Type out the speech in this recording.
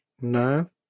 No